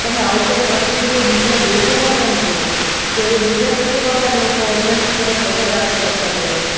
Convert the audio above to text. તમે out of country જોવો બીજા દેશોમાં પણ જોવો તો એ બીજા દેશોમાં પણ લોકો ઓર્ગનીક તરફ વધારે આગળ વધતાં ગયા છે